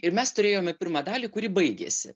ir mes turėjome pirmą dalį kuri baigėsi